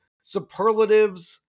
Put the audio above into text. superlatives